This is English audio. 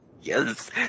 Yes